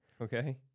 Okay